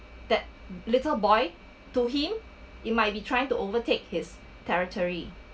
that little boy to him you might be trying to overtake his territory